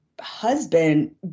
husband